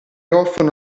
offrono